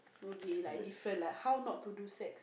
will be like different like how not to do sex